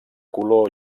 color